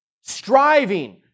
striving